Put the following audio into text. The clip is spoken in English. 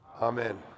Amen